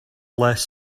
less